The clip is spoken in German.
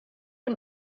bin